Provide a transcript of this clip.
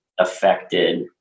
affected